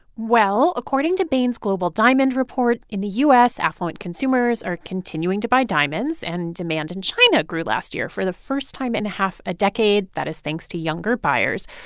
well, according to bain's global diamond report, in the u s, affluent consumers are continuing to buy diamonds. and demand in china grew last year for the first time in and a half a decade. that is thanks to younger buyers.